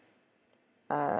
uh